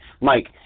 Mike